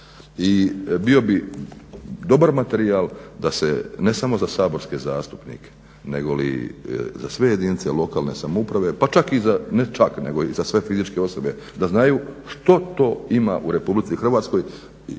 I bio bi dobar materijal ne samo za saborske zastupnike negoli za sve jedinice lokalne samouprave pa čak i ne čak nego i za sve fizičke osobe da znaju što to ima u RH ako